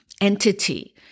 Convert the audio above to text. entity